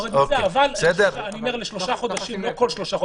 אבל אני אומר לשלושה חודשים, לא כל שלושה חודשים.